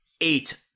eight